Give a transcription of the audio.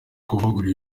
kuvugurura